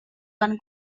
van